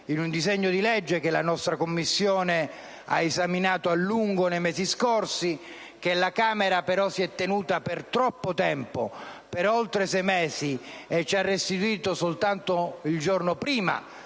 in un disegno di legge che la nostra Commissione ha esaminato a lungo nei mesi scorsi e che la Camera però si è tenuta per troppo tempo (per oltre sei mesi) e ci ha restituito soltanto il giorno prima